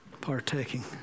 partaking